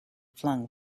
flung